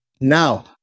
now